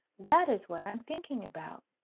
that is what i am thinking about.